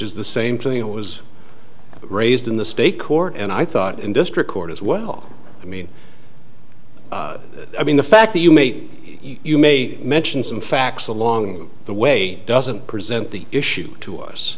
is the same thing it was raised in the state court and i thought in district court as well i mean i mean the fact that you meet you may mention some facts along the way doesn't present the issue to us